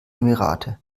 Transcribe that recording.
emirate